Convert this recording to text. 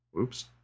Oops